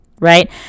right